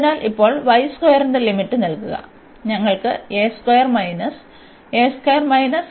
അതിനാൽ ഇപ്പോൾ ന് ലിമിറ്റ് നൽകുക അതിനാൽ ഞങ്ങൾക്ക് ഉണ്ട്